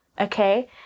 okay